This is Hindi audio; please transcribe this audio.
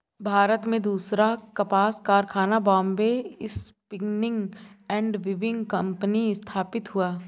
भारत में दूसरा कपास कारखाना Bombay Spinning and Weaving Company स्थापित हुआ